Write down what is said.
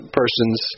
persons